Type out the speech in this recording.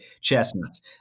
Chestnuts